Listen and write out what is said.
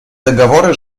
договоры